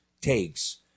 takes